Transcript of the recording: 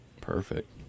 Perfect